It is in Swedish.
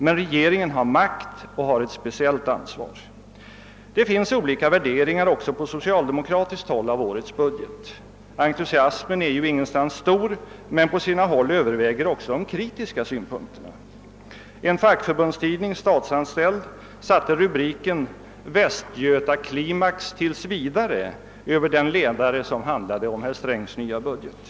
Men regeringen har makt och därmed ett speciellt ansvar. Det förekommer olika värderingar av årets budget också på socialdemokratiskt håll. Entusiasmen är ju ingenstans stor, men på sina håll överväger de kritiska synpunkterna. En = fackförbundstidning, Statsanställd, satte rubriken »Västgötaklimax tills vidare» över den ledare som handlade om herr Strängs nya budget.